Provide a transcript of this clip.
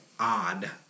odd